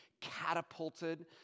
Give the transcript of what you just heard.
catapulted